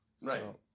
Right